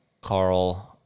Carl